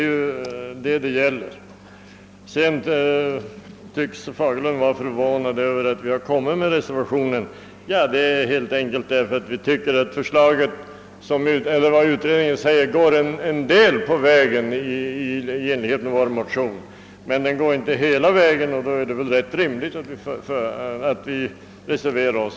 Slutligen tycktes herr Fagerlund vara förvånad över att vi har avgivit den reservation som vi här talar om, men orsaken är den, att vad utskottet skrivit bara till en del tillmötesgår vår motion. Då är det väl rimligt att vi har reserverat Oss.